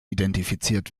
identifiziert